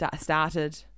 started